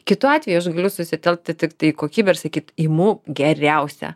kitu atveju aš galiu susitelkt tiktai į kokybę ir sakyt imu geriausią